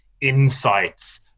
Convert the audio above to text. insights